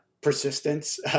Persistence